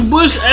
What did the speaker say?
Bush